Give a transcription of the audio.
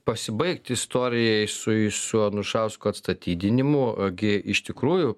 pasibaigt istorijai su su anušausko atstatydinimu o gi iš tikrųjų